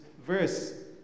verse